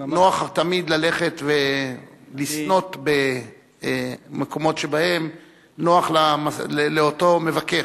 נוח תמיד ללכת ולסנוט במקומות שבהם נוח לאותו מבקר.